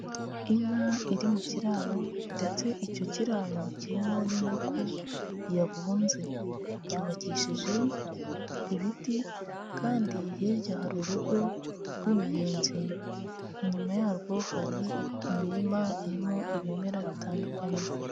Inka iri mu kiraro ndetse icyo kiraro kirimo n'inkoko yabunze, cyubakishije ibiti kandi hirya hari urugo rw'imiyezi, inyuma yarwo hari imirima irimo ibimera bitandukanye.